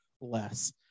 less